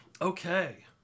okay